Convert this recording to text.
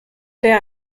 der